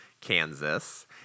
Kansas